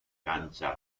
cancha